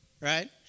right